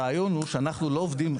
הרעיון הוא שאנחנו לא עובדים,